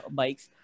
bikes